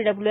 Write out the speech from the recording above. W